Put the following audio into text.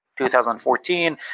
2014